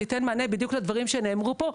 וזה ייתן מענה בדיוק לדברים שנאמרו פה.